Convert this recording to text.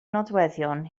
nodweddion